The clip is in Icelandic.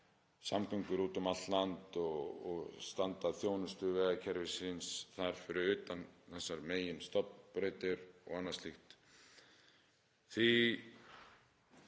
samgöngur úti um allt land og standa að þjónustu vegakerfisins þar fyrir utan þessar meginstofnbrautir og annað slíkt.